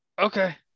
Okay